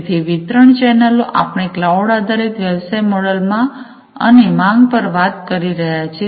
તેથી વિતરણ ચેનલો આપણે ક્લાઉડ આધારિત વ્યવસાય મોડલ માં અને માંગ પર વાત કરી રહ્યા છીએ